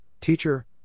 Teacher